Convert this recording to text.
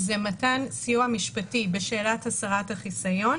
זה מתן סיוע משפטי בשאלת הסרת החיסיון